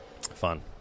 Fun